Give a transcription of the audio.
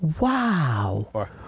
wow